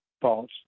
false